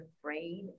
afraid